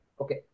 Okay